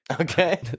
Okay